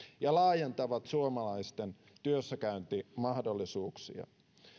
ja laajentavat suomalaisten työssäkäyntimahdollisuuksia